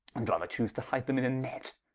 and rather chuse to hide them in a net,